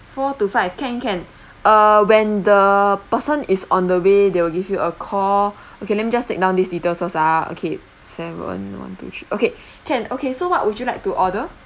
four to five can can uh when the person is on the way they will give you a call okay let me just take down these details first ah okay seven one two three okay can okay so what would you like to order